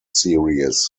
series